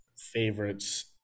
favorites